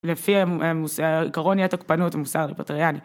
לפי עקרון אי התוקפנות, המוסר הליברטריאני.